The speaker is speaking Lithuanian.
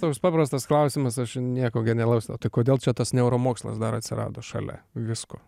toks paprastas klausimas aš nieko genialaus o tai kodėl čia tas neuromokslas dar atsirado šalia visko